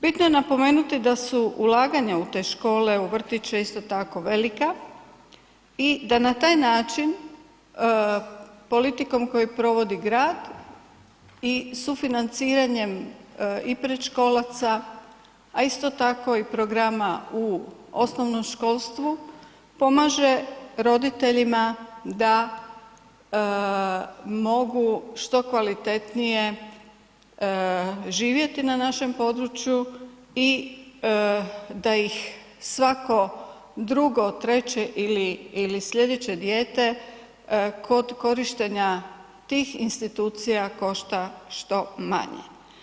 Bitno je napomenuti da su ulaganja u te škole u vrtiće isto tako velika i da na taj način politikom koju provodi grad i sufinanciranjem i predškolaraca, a isto tako i programa u osnovnom školstvu pomaže roditeljima da mogu što kvalitetnije živjeti na našem području i da ih svako drugo, treće ili sljedeće dijete kod korištenja tih institucija košta što manje.